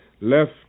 Left